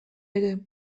ere